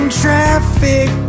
traffic